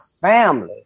family